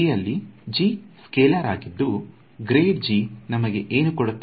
ಅಲ್ಲಿ g scalar ಆಗಿದ್ದು ನಮಗೆ ಏನು ಕೊಡುತ್ತದೆ